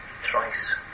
thrice